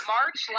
March